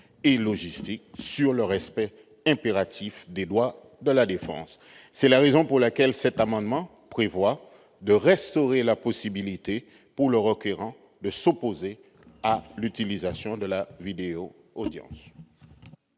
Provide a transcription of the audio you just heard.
et logistique sur le respect impératif des droits de la défense. C'est pourquoi, au travers de cet amendement, nous prévoyons de restaurer la possibilité, pour le requérant, de s'opposer à l'utilisation de la vidéo-audience.